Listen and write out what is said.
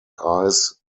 eyes